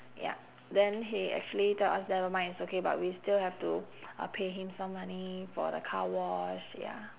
ya then he actually tell us never mind it's okay but we still have to uh pay him some money for the car wash ya